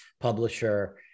publisher